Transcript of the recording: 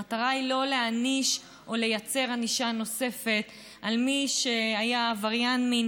המטרה היא לא להעניש או לייצר ענישה נוספת על מי שהיה עבריין מין,